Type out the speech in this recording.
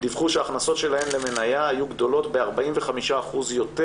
דיווחו שההכנסות שלהן למניה היו גדולות ב-45% יותר